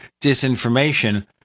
disinformation